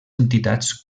entitats